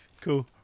cool